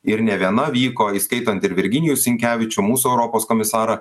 ir ne viena vyko įskaitant ir virginijų sinkevičių mūsų europos komisarą